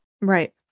Right